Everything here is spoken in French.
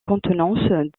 contenance